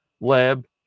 lab